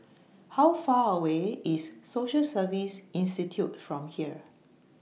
How Far away IS Social Service Institute from here